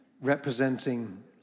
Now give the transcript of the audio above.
representing